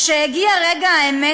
כשהגיע רגע האמת,